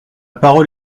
parole